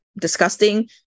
disgusting